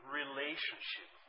relationship